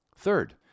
Third